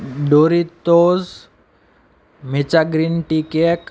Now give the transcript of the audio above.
Doritos matcha green tea cake